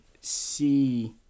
see